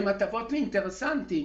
הן הטבות לאינטרסנטים,